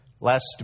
Last